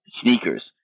sneakers